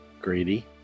greedy